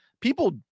People